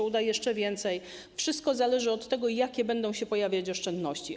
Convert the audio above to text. Może uda się jeszcze więcej, wszystko zależy od tego, jakie będą się pojawiać oszczędności.